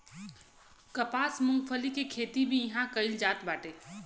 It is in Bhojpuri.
कपास, मूंगफली के खेती भी इहां कईल जात बाटे